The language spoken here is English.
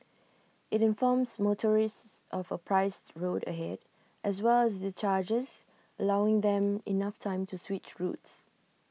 IT informs motorists of A priced road ahead as well as the charges allowing them enough time to switch routes